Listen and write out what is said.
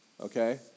okay